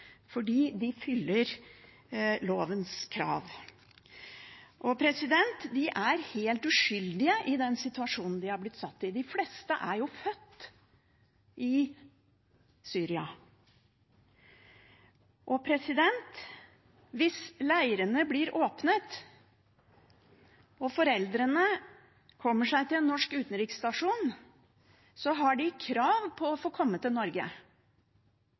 fordi de fyller lovens krav. Og de er helt uskyldige i den situasjonen de har blitt satt i. De fleste er jo født i Syria. Hvis leirene blir åpnet og foreldrene kommer seg til en norsk utenriksstasjon, har de krav på å få komme til Norge.